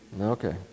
Okay